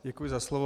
Děkuji za slovo.